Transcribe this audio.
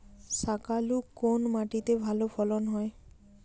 শাকালু কোন মাটিতে ভালো ফলন হয়?